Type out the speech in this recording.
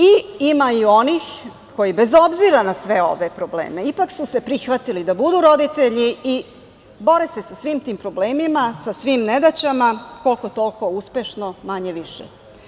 Ima i onih koji bez obzira na sve ove probleme ipak su se prihvatili da budu roditelji i bore se sa svim ti problemima, sa svim nedaćama, koliko toliko uspešno, manje-više.